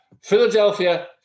Philadelphia